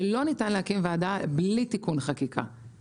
שלא ניתן להקים ועדה בלי תיקון חקיקה.